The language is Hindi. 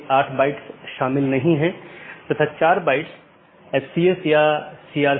इसलिए उद्देश्य यह है कि इस प्रकार के पारगमन ट्रैफिक को कम से कम किया जा सके